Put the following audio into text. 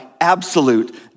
absolute